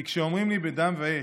כי שאומרים לי "בדם ואש",